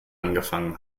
angefangen